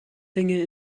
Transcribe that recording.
dinge